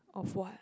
of what